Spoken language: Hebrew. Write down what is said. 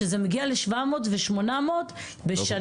שזה מגיע ל-700 ו-800 בשנה.